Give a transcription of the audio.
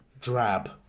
drab